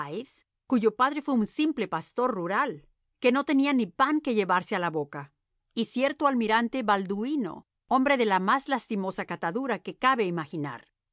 cuyo padre fué un simple pastor rural que no tenía ni pan que llevarse a la boca y cierto almirante balduíno hombre de la más lastimosa catadura que cabe imaginar